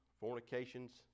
fornications